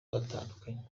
baratandukanye